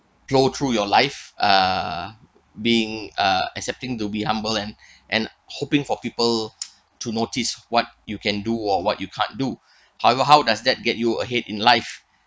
go through your life uh being uh accepting to be humble and and hoping for people to notice what you can do or what you can't do however how does that get you ahead in life